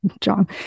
John